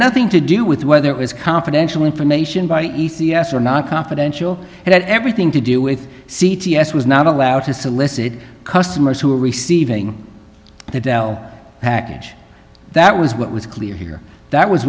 nothing to do with whether it was confidential information by e c s or not confidential it had everything to do with c t s was not allowed to solicit customers who were receiving the dell package that was what was clear here that was